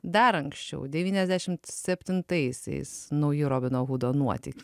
dar anksčiau devyniasdešim septintaisiais nauji robino hudo nuotykiai